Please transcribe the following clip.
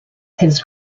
his